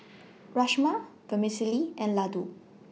Rajma Vermicelli and Ladoo